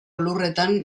lurretan